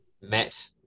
met